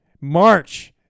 March